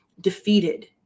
defeated